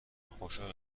خوشحال